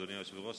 אדוני היושב-ראש.